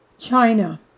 China